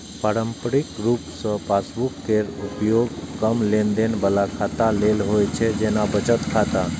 पारंपरिक रूप सं पासबुक केर उपयोग कम लेनदेन बला खाता लेल होइ छै, जेना बचत खाता